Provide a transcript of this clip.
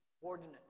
ordinance